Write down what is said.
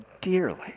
Dearly